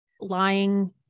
lying